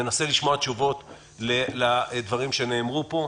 ננסה לשמוע תשובות לדברים שנאמרו פה.